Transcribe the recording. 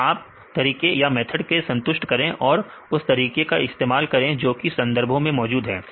तो अपने तरीके के साथ संतुष्ट करें और दूसरे तरीकों से मिलान करें जो कि संदर्भों में मौजूद है